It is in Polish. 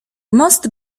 most